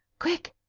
quick!